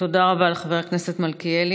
תודה רבה לחבר הכנסת מלכיאלי.